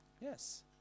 Yes